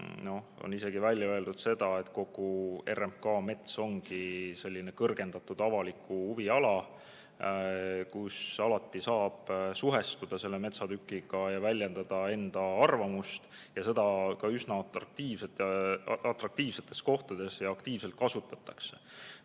on isegi välja öeldud seda, et kogu RMK mets ongi selline kõrgendatud avaliku huvi ala, kus alati saab suhestuda selle metsatükiga ja väljendada enda arvamust. Seda ka üsna atraktiivsetes kohtades ja aktiivselt kasutatakse. Nüüd